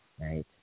right